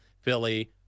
Philly